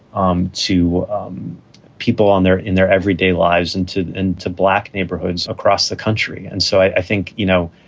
um to people on their in their everyday lives into into black neighborhoods across the country. and so i think, you know,